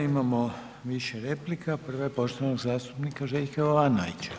Imamo više replika, prva je poštovanog zastupnika Željka Jovanovića.